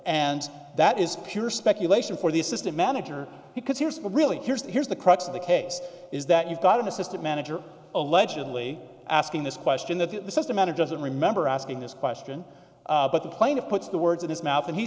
and that is pure speculation for the assistant manager because here's what really here's here's the crux of the case is that you've got an assistant manager allegedly asking this question that the systematic doesn't remember asking this question but the plaintiff puts the words in his mouth and he